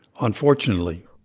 unfortunately